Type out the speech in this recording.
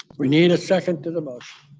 we need a second to the motion.